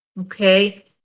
Okay